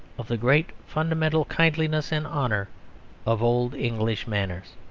of the great fundamental kindliness and honour of old english manners.